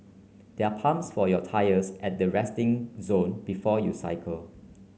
there are pumps for your tyres at the resting zone before you cycle